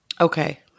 Okay